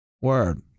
Word